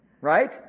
Right